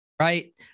right